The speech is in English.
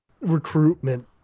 recruitment